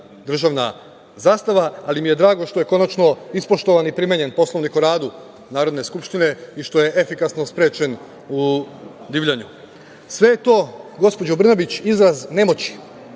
državna zastava, ali mi je drago što je konačno ispoštovan i primenjen Poslovnik o radu Narodne skupštine i što je efikasno sprečen u divljanju. Sve je to, gospođo Brnabić, izraz nemoći,